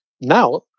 Now